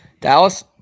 Dallas